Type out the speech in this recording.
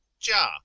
ja